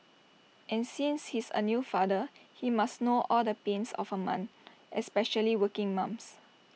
and since he's A new father he must know all the pains of A mum especially working mums